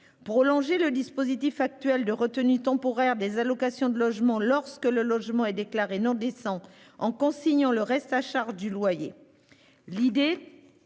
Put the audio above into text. prolonger le dispositif actuel de retenue temporaire des allocations de logement, lorsque le logement est déclaré non décent, en consignant le reste à charge du loyer.